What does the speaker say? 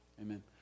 Amen